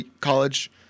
college